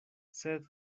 sed